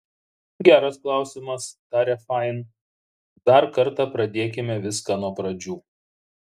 geras klausimas tarė fain dar kartą pradėkime viską nuo pradžių